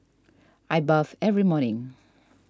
I bathe every morning